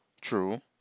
True